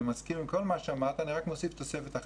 אני מסכים עם כל מה שאמרת ואני רק מוסיף תוספת אחת.